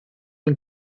een